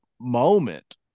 moment